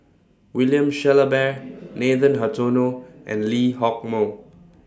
William Shellabear Nathan Hartono and Lee Hock Moh